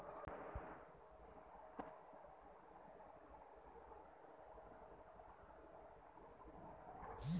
माया खात्यात कितीक पैसे बाकी हाय हे मले मॅसेजन समजनं का?